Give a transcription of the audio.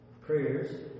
prayers